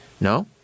No